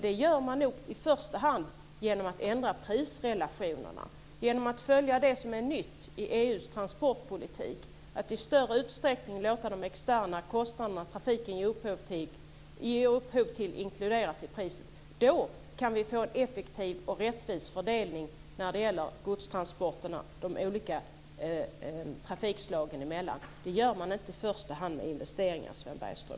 Det gör man nog i första hand genom att ändra prisrelationerna och genom att följa det som är nytt i EU:s transportpolitik, dvs. att i större utsträckning låta de externa kostnader som trafiken ger upphov inkluderas i priset. Då kan vi få en effektiv och rättvis fördelning mellan de olika trafikslagen när det gäller godstransporterna. Det gör man inte i första hand genom investeringar, Sven Bergström.